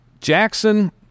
Jackson